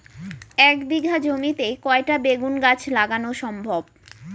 এক বিঘা জমিতে কয়টা বেগুন গাছ লাগানো সম্ভব?